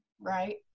right